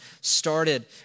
started